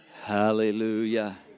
Hallelujah